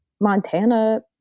Montana